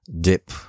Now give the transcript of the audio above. dip